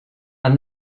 and